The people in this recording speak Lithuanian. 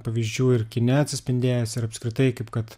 pavyzdžių ir kine atsispindėjęs ir apskritai kaip kad